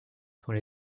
sont